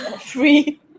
Free